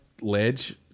ledge